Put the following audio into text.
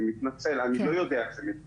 אני מתנצל, אני לא יודע איך זה מתנהל.